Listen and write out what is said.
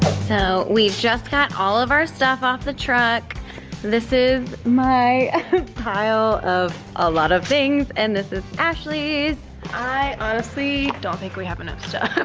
so we've just got all of our stuff off the truck this is my pile of a lot of things and this is ashley's i honestly don't think we have enough stuff. yeah,